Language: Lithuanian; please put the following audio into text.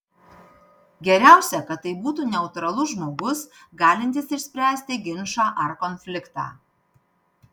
geriausia kad tai būtų neutralus žmogus galintis išspręsti ginčą ar konfliktą